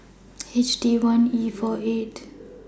H D one E four eight